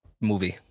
movie